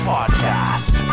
Podcast